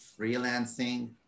freelancing